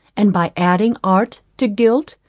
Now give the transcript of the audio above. and by adding art to guilt,